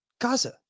Gaza